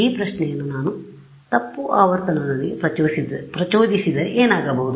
ಈ ಪ್ರಶ್ನೆಯನ್ನು ನಾನು ತಪ್ಪು ಆವರ್ತನದೊಂದಿಗೆ ಪ್ರಚೋದಿಸಿದರೆ ಏನಾಗಬಹುದು